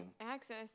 Access